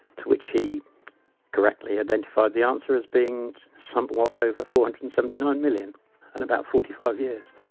to which he correctly identified the answer as being somewhat over four hundred and seventy nine million and about forty five years